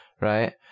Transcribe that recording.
right